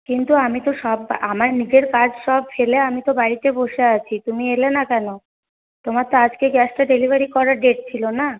কিন্তু আমি তো সব আমার নিজের কাজ সব ফেলে আমি তো বাড়িতে বসে আছি তুমি এলে না কেন তোমার তো আজকে গ্যাসটা ডেলিভারি করার ডেট ছিল না